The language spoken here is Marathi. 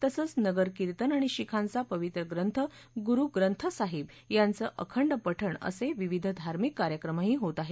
तसंच नगर कीर्तन आणि शीखांचा पवित्र प्रंथ गुरु प्रंथ साहिब याचं अखंड पठण् असे विविध धार्मिक कार्यक्रमही होत आहेत